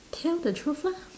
tell the truth lah